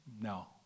No